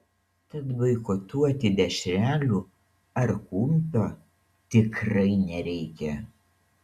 tad boikotuoti dešrelių ar kumpio tikrai nereikia